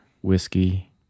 whiskey